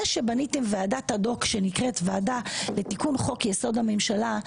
זה שבניתם ועדת אד-הוק שנקראת ועדה לתיקון חוק יסוד: הממשלה,